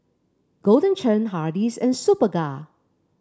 Golden Churn Hardy's and Superga